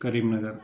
Karimnagar